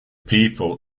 people